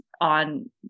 on